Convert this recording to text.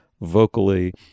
vocally